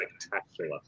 spectacular